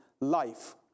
life